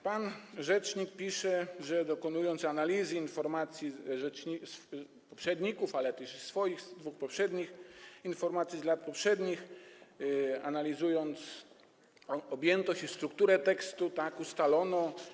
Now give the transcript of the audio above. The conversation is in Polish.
Pan rzecznik pisze, że dokonując analizy informacji poprzedników, ale też jego dwóch poprzednich informacji, z lat poprzednich, analizując objętość i strukturę tekstu, ustalono.